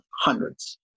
hundreds